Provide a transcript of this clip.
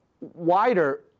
wider